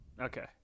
Okay